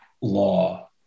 law